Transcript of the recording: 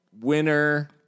winner